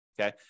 okay